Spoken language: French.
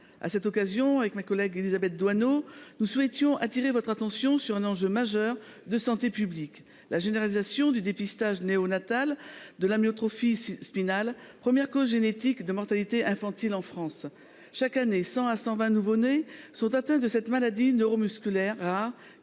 À cette occasion, Élisabeth Doineau et moi même souhaitions attirer votre attention sur un enjeu majeur de santé publique : la généralisation du dépistage néonatal de l’amyotrophie spinale (SMA), première cause génétique de mortalité infantile en France. Chaque année, 100 à 120 nouveau nés sont atteints de cette maladie neuromusculaire rare,